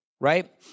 Right